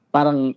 parang